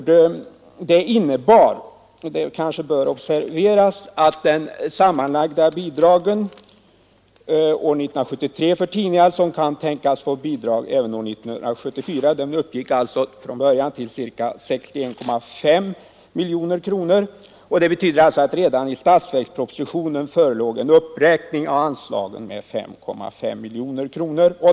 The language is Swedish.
De sammanlagda bidragen år 1973 för tidningar som kan tänkas få bidrag även år 1974 uppgick till 61,5 miljoner kronor. Redan i statsverkspropositionen förelåg en uppräkning av anslagen med 5,5 miljoner kronor.